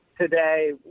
today